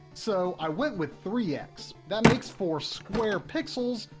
so i went with three x, that makes for square pixels,